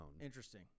interesting